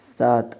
सात